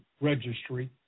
Registry